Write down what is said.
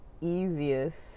easiest